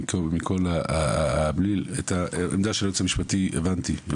מבחינת הנוהל הבנתי.